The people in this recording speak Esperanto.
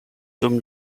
dum